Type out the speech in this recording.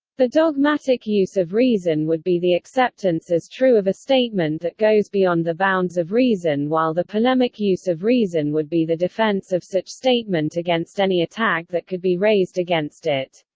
the dogmatic use of reason would be the acceptance as true of a statement that goes beyond the bounds of reason while the polemic use of reason would be the defense of such statement against any attack that could be raised against it.